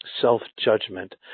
self-judgment